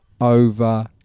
over